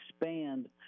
expand